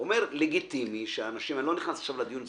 אני לא נכנס עכשיו לדיון,